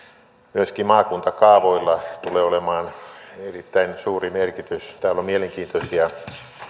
myöskin maakuntakaavoilla tulee olemaan erittäin suuri merkitys täällä on mielenkiintoisia